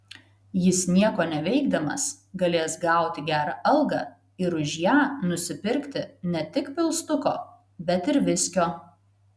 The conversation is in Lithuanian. jis nieko neveikdamas galės gauti gerą algą ir už ją nusipirkti ne tik pilstuko bet ir viskio